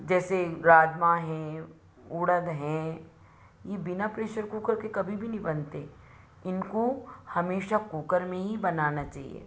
जैसे राजमा है उड़द हैं यह बिना प्रेशर कुकर के कभी भी नहीं बनते इनको हमेशा कुकर में ही बनाना चाहिए